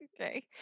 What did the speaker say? Okay